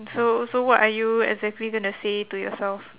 so so what are you exactly gonna say to yourself